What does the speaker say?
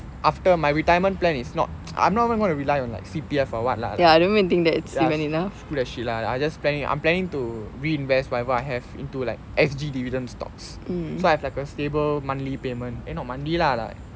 after my retirement plan is not I'm not even gonna rely on like C_P_F or what lah bullshit lah I just planning I'm planning to reinvest whatever I have into like S_G dividend stocks so I have like a stable monthly payment eh not monthly lah like